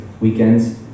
weekends